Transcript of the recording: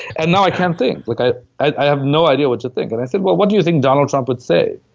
and now i can't think. like i i have no idea what to think. and i said, well, what do you think donald trump would say?